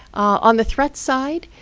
on the threat side,